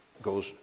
goes